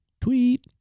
Tweet